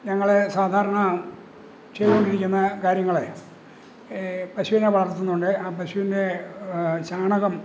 ഞങ്ങള് സാധാരണ ചെയ്തുകൊണ്ടിരിക്കുന്ന കാര്യങ്ങള് പശുവിനെ വളർത്തുന്നതുകൊണ്ട് ആ പശവിൻ്റെ ചാണകം